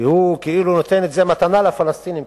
והוא כאילו נותן את זה מתנה לפלסטינים,